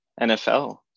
nfl